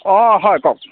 অঁ হয় কওক